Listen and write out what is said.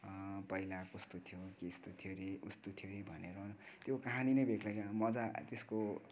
पहिला कस्तो थियो त्यस्तो थियो अरे उस्तो थियो अरे भनेर त्यो कहानी नै बेग्लै के मजा त्यसको